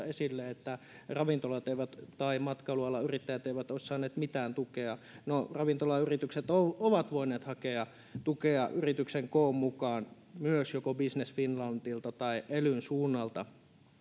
esille semmoista että ravintolat tai matkailualan yrittäjät eivät olisi saaneet mitään tukea no ravintolayritykset ovat ovat voineet hakea tukea yrityksen koon mukaan myös joko business finlandilta tai elyn suunnalta